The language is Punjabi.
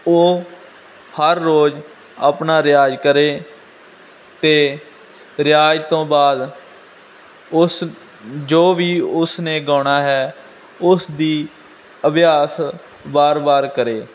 ਉਹ ਹਰ ਰੋਜ਼ ਆਪਣਾ ਰਿਆਜ਼ ਕਰੇ ਅਤੇ ਰਿਆਜ਼ ਤੋਂ ਬਾਅਦ ਉਸ ਜੋ ਵੀ ਉਸ ਨੇ ਗਾਉਣਾ ਹੈ ਉਸ ਦੀ ਅਭਿਆਸ ਵਾਰ ਵਾਰ ਕਰੇ